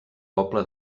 poble